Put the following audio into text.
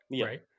right